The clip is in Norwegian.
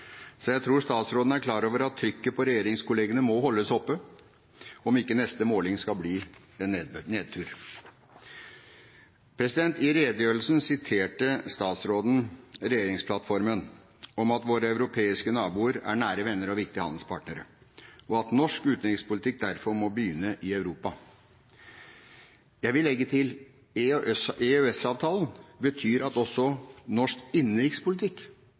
Så jeg tror statsråden er klar over at trykket på regjeringskollegene må holdes oppe, om ikke neste måling skal bli en nedtur. I redegjørelsen siterte statsråden regjeringsplattformen: at våre europeiske naboer er nære venner og viktige handelspartnere, og at norsk utenrikspolitikk derfor må begynne i Europa. Jeg vil legge til: EØS-avtalen betyr at også norsk innenrikspolitikk